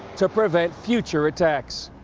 to prevent future attacks.